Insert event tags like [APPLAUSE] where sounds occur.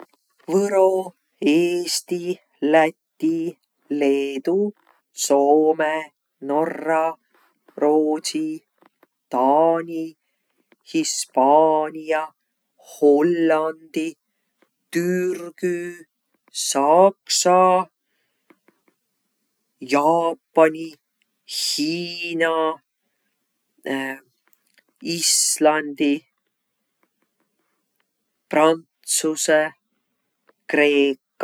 Võro, eesti, läti, leedu, soome, norra, roodsi, taani, hispaania, hollandi, türgü, saksa, jaapani, hiina [HESITATION] islandi, prantsusõ, kreeka.